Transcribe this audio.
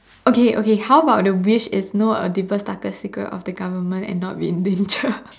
okay okay how about the wish is know a deepest darkest secret of the government and not be in danger